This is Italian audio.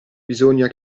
bisogna